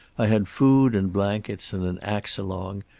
i had food and blankets and an axe along,